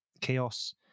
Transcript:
chaos